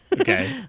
Okay